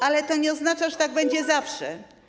Ale to nie oznacza, że tak będzie zawsze.